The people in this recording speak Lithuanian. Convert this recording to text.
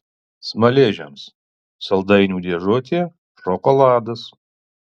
smaližiams saldainių dėžutė šokoladas